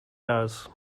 does